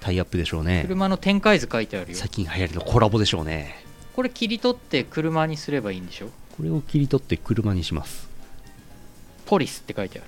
タイアップでしょうね。車の展開図書いてあるよ。最近流行りのコラボでしょうね。これ切り取って車にすればいいんでしょ？これを切り取って車にします。ポリスって書いてある。